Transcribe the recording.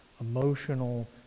emotional